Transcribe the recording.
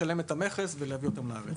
לשלם את המכס ולהביא אותם לארץ.